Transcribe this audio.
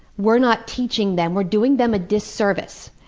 we're not teaching them we're doing them a disservice.